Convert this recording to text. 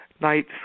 night